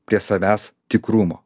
prie savęs tikrumo